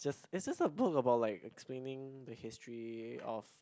just is just a book about like explaning the history of